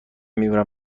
میمیرم